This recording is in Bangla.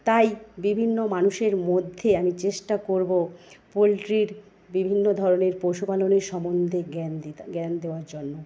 তাই বিভিন্ন মানুষের মধ্যে আমি চেষ্টা করবো পোলট্রির বিভিন্ন ধরনের পশুপালনের সম্বন্ধে জ্ঞান দেওয়ার জন্য